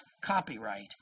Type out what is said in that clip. copyright